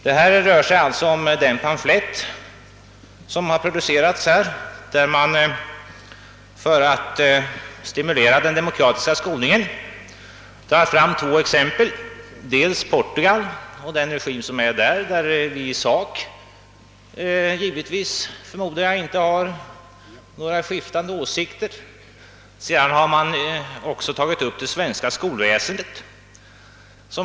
Jag hänvisar till den pamflett där man för att stimulera till diskussion om demokrati tar fram två exempel, dels Portugal och den regim som finns där — beträffande vilken jag förmodar att vi i sak inte har några skiftande åsikter —, dels det svenska skolväsendet.